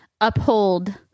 uphold